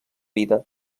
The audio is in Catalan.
vida